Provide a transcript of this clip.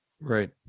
Right